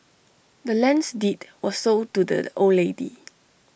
the land's deed was sold to the old lady